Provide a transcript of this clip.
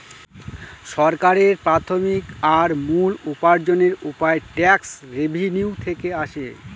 সরকারের প্রাথমিক আর মূল উপার্জনের উপায় ট্যাক্স রেভেনিউ থেকে আসে